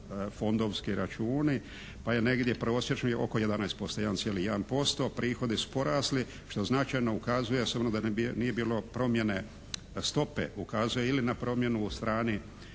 parafondovski računi pa je negdje prosječni oko 11%, 1,1% prihodi su porasli što značajno ukazuje samo da nije bilo promjene stope ukazuje ili na stopu promjene u strani